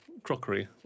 crockery